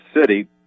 City